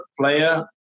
player